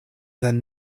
than